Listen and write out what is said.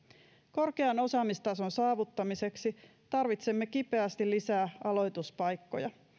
korkean osaamistason saavuttamiseksi tarvitsemme kipeästi lisää aloituspaikkoja